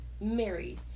married